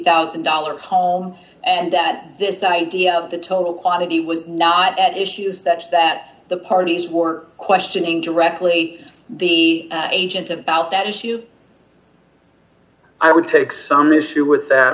thousand dollars home and that this idea of the total quantity was not at issues that that the party or questioning directly the agent about that issue i would take some issue with that